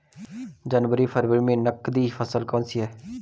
जनवरी फरवरी में नकदी फसल कौनसी है?